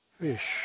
fish